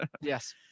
Yes